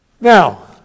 Now